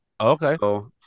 Okay